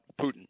putin